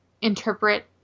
interpret